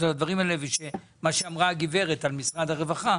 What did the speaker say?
מה שאמרה הגברת על משרד הרווחה,